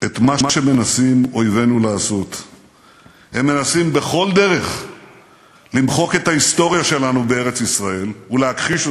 רבים ומגוונים שמעידים באופן חד-משמעי על הקשר שלנו לארץ ואת